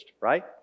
right